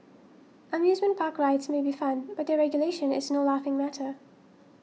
amusement park rides may be fun but their regulation is no laughing matter